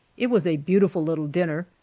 it was a beautiful little dinner,